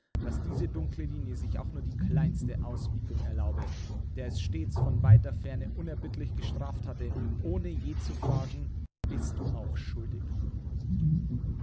daß diese dunkle linie sich auch nur die kleinste ausbiegung erlaube der es stets von weiter ferne unerbittlich gestraft hatte ohne je zu fragen bist du auch schuldig